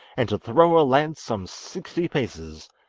and to throw a lance some sixty paces,